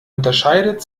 unterscheidet